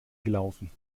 gelaufen